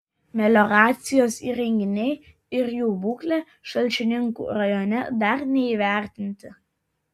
melioracijos įrenginiai ir jų būklė šalčininkų rajone dar neįvertinti